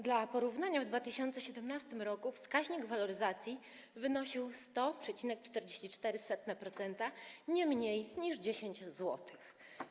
Dla porównania w 2017 r. wskaźnik waloryzacji wynosił 100,44% - nie mniej niż o 10 zł.